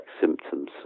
symptoms